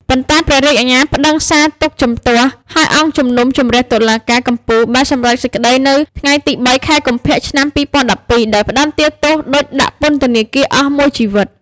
ប៉ុន្តែព្រះរាជអាជ្ញាប្តឹងសាទុក្ខជំទាស់ ហើយអង្គជំនុំជម្រះតុលាការកំពូលបានសម្រេចសេចក្តីនៅថ្ងៃទី៣ ខែកុម្ភៈ ឆ្នាំ២០១២ ដោយផ្តន្ទាទោសឌុចដាក់ពន្ធនាគារអស់មួយជីវិត។